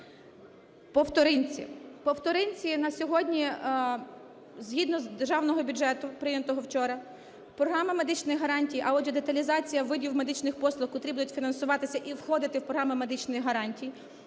По "вторинці" на сьогодні згідно Державного бюджету, прийнятого вчора, програма медичних гарантій, а отже, деталізація видів медичних послуг котрі будуть фінансуватися і входити в програму медичних гарантій,